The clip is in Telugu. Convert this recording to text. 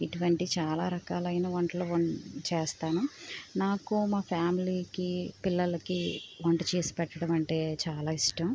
ఇటువంటి చాలా రకాలైన వంటలు చేస్తాను నాకు మా ఫ్యామిలీకి పిల్లలకి వంట చేసి పెట్టమంటే చాలా ఇష్టం